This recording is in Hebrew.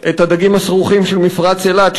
את הדגים הסרוחים של מפרץ אילת,